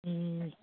ए